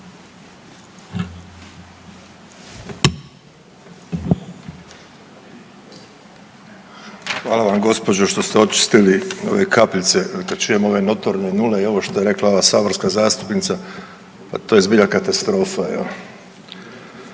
Hvala vam gospođo što ste očistili ove kapljice jer kad čujem ove notorne nule i ovo što je rekla ova saborska zastupnica, to je zbilja katastrofa.